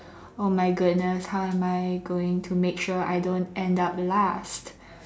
oh my goodness how am I going to make sure I don't end up last